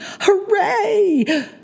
Hooray